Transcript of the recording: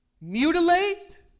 mutilate